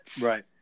Right